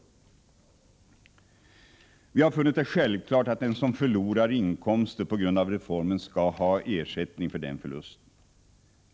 Vi har funnit det självklart att den som förlorar inkomster på grund av reformen skall ha ersättning för den förlusten.